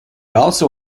also